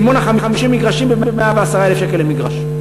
בדימונה 50 מגרשים ב-110,000 שקל למגרש.